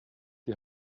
die